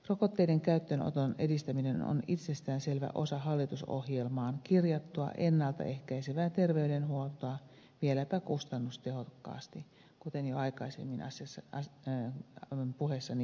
rokotteiden käyttöönoton edistäminen on itsestäänselvä osa hallitusohjelmaan kirjattua ennalta ehkäisevää terveydenhuoltoa vieläpä kustannustehokkaasti mihin jo aikaisemmin puheessani viittasin